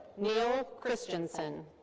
neil kristensen.